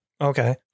Okay